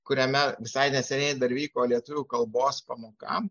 kuriame visai neseniai dar vyko lietuvių kalbos pamoka